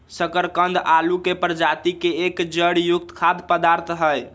शकरकंद आलू के प्रजाति के एक जड़ युक्त खाद्य पदार्थ हई